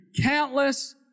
countless